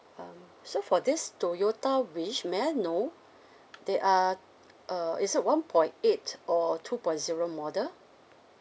um so for this toyota wish may I know there are uh is it one point eight or two point zero model